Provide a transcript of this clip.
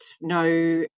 no